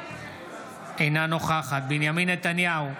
אינה נוכחת בנימין נתניהו,